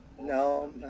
No